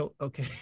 Okay